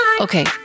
Okay